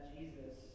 Jesus